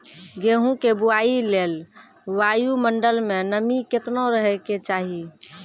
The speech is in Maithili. गेहूँ के बुआई लेल वायु मंडल मे नमी केतना रहे के चाहि?